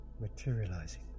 materializing